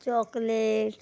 chocolate